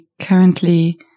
currently